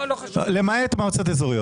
למעט מועצות אזוריות.